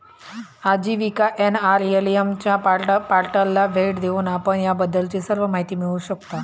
आजीविका एन.आर.एल.एम च्या पोर्टलला भेट देऊन आपण याबद्दलची सर्व माहिती मिळवू शकता